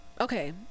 okay